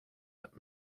that